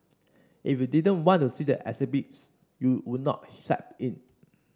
if you didn't want to see the exhibits you would not step in